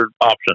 option